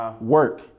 work